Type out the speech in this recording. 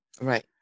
Right